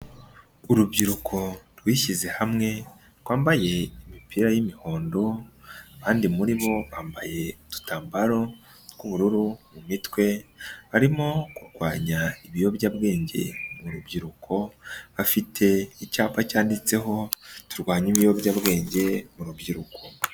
Urubyiruko rwishyize hamwe rwambaye imipira y'imihondo, abandi muri bo bambaye udutambaro tw'ubururu mu mitwe harimo kurwanya ibiyobyabwenge mu rubyiruko, bafite icyapa cyanditseho turwanye ibiyobyabwenge mu rubyiruko.